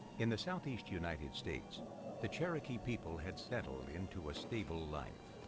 in the southeast united states the cherokee people had settled into a stable life.